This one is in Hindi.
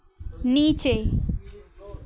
नीचे